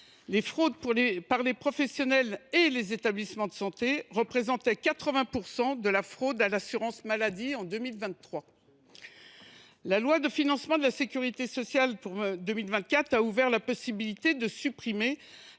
Les fraudes commises par les professionnels et les établissements de santé représentaient 80 % de la fraude à l’assurance maladie en 2023. La loi de financement de la sécurité sociale pour 2024 a ouvert la possibilité de supprimer